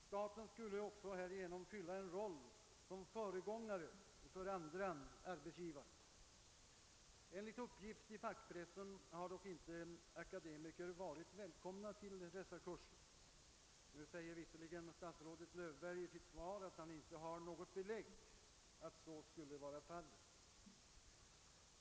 Staten skulle också härigenom fylla en roll som föregångare för andra arbetsgivare. Enligt uppgift i fackpressen har dock inte akademiker varit välkomna till dessa kurser. Nu säger visserligen statsrådet Löfberg i sitt svar, att han inte har något belägg för att så skulle vara fallet.